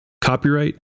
Copyright